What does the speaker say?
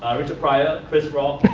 um richard pryor, chris rock,